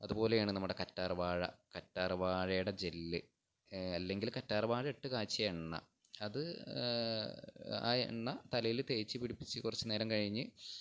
അതുപോലെയാണ് നമ്മുടെ കറ്റാര്വാഴ കറ്റാര്വാഴയുടെ ജെല് അല്ലെങ്കില് കറ്റാര്വാഴയിട്ട് കാച്ചിയ എണ്ണ അത് ആ എണ്ണ തലയില് തേച്ചുപിടിപ്പിച്ച് കുറച്ചുനേരം കഴിഞ്ഞ്